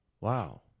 wow